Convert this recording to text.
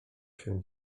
się